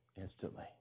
instantly